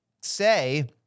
say